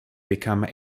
become